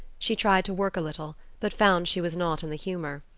she tried to work a little, but found she was not in the humor.